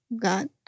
God